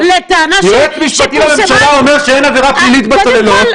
יועץ משפטי לממשלה אומר שאין עבירה פלילית בצוללות,